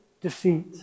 defeat